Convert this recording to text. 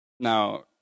Now